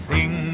Sing